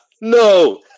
No